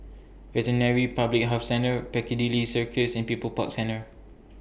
Public Health Centre Piccadilly Circus and People's Park Centre